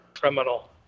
Criminal